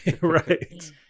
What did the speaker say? right